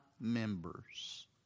members